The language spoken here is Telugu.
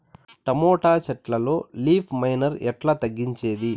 టమోటా చెట్లల్లో లీఫ్ మైనర్ ఎట్లా తగ్గించేది?